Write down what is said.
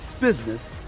business